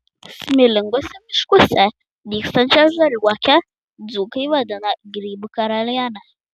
smėlinguose miškuose dygstančią žaliuokę dzūkai vadina grybų karaliene